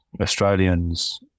Australians –